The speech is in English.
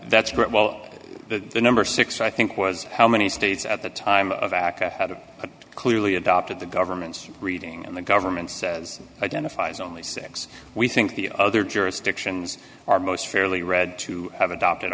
that's great well the number six i think was how many states at the time of aca had a clearly adopted the government's reading and the government says identifies only six we think the other jurisdictions are most fairly read to have adopted